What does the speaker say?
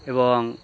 এবং